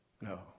No